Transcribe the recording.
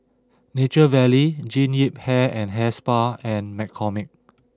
Nature Valley Jean Yip Hair and Hair Spa and McCormick